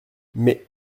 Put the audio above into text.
mais